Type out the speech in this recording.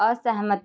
ਅਸਹਿਮਤ